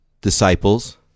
disciples